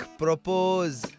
propose